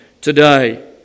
today